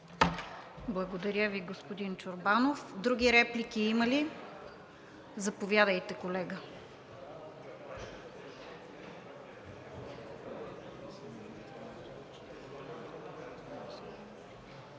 Благодаря Ви, господин Чорбàнов. Други реплики има ли? Заповядайте, колега.